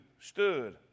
stood